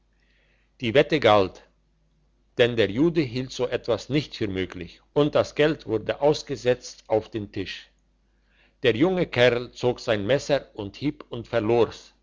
die wette galt denn der jude hielt so etwas nicht für möglich und das geld wurde ausgesetzt auf den tisch der junge kerl zog sein messer und hieb und verlor's